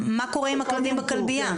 מה קורה עם הכלבים בכלבייה?